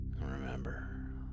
remember